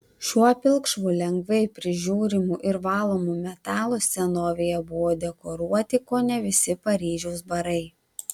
šiuo pilkšvu lengvai prižiūrimu ir valomu metalu senovėje buvo dekoruoti kone visi paryžiaus barai